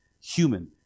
human